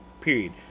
period